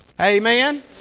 Amen